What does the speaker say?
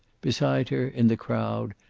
beside her, in the crowd,